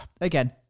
again